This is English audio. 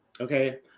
Okay